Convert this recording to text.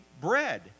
bread